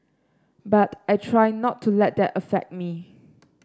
but I try not to let that affect me